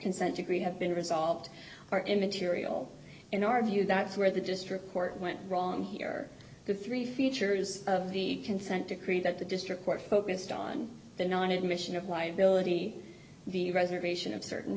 consent degree have been resolved are immaterial in our view that's where the district court went wrong here are the three features of the consent decree that the district court focused on the non admission of liability the reservation of certain